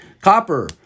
Copper